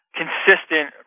consistent